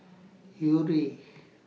Yuri